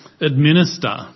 administer